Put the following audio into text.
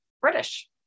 British